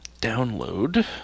Download